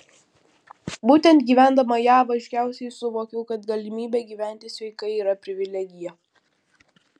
būtent gyvendama jav aiškiausiai suvokiau kad galimybė gyventi sveikai yra privilegija